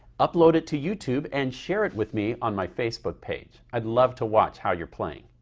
upload it to youtube and share it with me on my facebook page. i'd love to watch how you're playing.